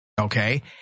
okay